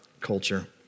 culture